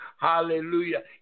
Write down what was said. Hallelujah